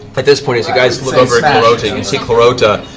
but this point, as you guys look over at clarota, you and see clarota,